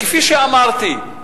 כפי שאמרתי,